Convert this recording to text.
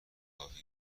کافی